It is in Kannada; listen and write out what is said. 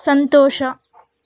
ಸಂತೋಷ